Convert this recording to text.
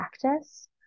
practice